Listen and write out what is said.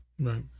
Right